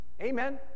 Amen